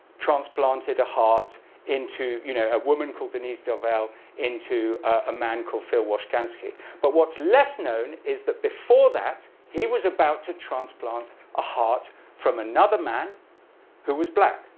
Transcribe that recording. transplanted a heart into you know a woman called denise darvall into a man called phil washkansky. but what's less known is that before that, he was about to transplant a heart from another man who was black.